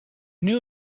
knew